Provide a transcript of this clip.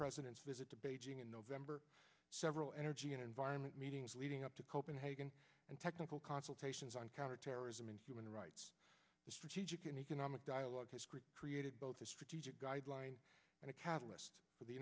president's visit to beijing in november several energy and environment meetings leading up to copenhagen and technical consultations on counterterrorism and human rights strategic and economic dialogue has created both a strategic and a catalyst for the